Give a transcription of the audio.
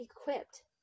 equipped